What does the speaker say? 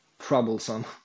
troublesome